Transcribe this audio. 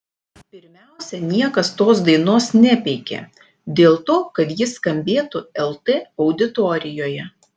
pirmiausia niekas tos dainos nepeikė dėl to kad ji skambėtų lt auditorijoje